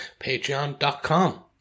patreon.com